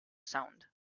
sound